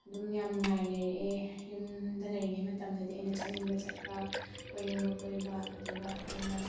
ꯑꯗꯨꯝ ꯌꯥꯝ ꯅꯨꯡꯉꯥꯏꯅ ꯂꯩꯔꯛꯑꯦ ꯌꯨꯝꯗ ꯂꯩꯔꯤꯉꯩ ꯃꯇꯝꯗꯗꯤ ꯑꯩꯅ ꯆꯠꯅꯤꯡꯕ ꯆꯠꯄ ꯀꯣꯏꯅꯤꯡꯕ ꯀꯣꯏꯕ ꯑꯗꯨꯒ ꯑꯩꯅ